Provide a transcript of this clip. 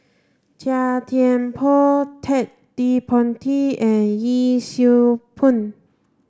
Chia Thye Poh Ted De Ponti and Yee Siew Pun